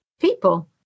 people